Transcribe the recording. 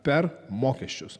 per mokesčius